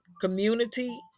community